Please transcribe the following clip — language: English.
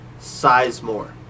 Sizemore